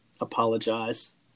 apologize